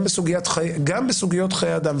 גם בסוגיות חיי אדם,